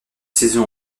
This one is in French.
saison